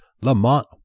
Lamont